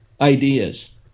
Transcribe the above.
ideas